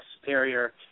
superior